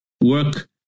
work